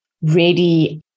ready